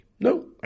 No